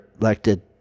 elected